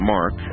Mark